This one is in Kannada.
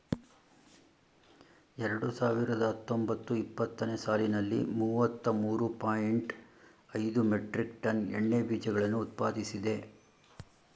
ಎರಡು ಸಾವಿರದ ಹತ್ತೊಂಬತ್ತು ಇಪ್ಪತ್ತನೇ ಸಾಲಿನಲ್ಲಿ ಮೂವತ್ತ ಮೂರು ಪಾಯಿಂಟ್ ಐದು ಮೆಟ್ರಿಕ್ ಟನ್ ಎಣ್ಣೆ ಬೀಜಗಳನ್ನು ಉತ್ಪಾದಿಸಿದೆ